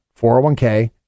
401k